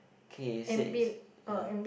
K it says ya